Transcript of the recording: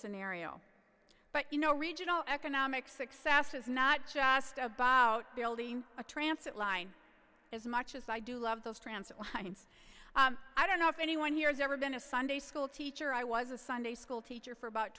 scenario but you know regional economic success is not just about building a trance it line as much as i do love those transit lines i don't know if anyone here has ever been a sunday school teacher i was a sunday school teacher for about